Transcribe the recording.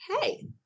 hey